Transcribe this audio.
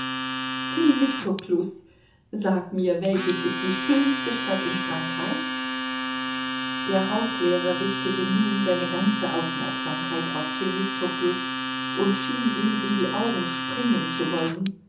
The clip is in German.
themistoklus sag mir welches ist die schönste stadt in frankreich der hauslehrer richtete nun seine ganze aufmerksamkeit auf themistoklus und schien ihm in die augen springen zu wollen